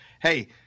Hey